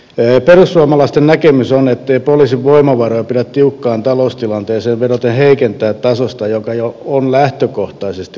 perussuomalaisten näkemys on ettei poliisin voimavaroja pidä tiukkaan taloustilanteeseen vedoten heikentää tasosta joka on jo lähtökohtaisesti liian alhainen